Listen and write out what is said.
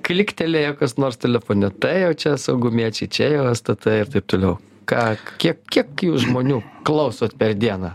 kliktelėjo kas nors telefone tai jau čia saugumiečiai čia jau stt ir taip toliau ką kiek kiek jūs žmonių klausot per dieną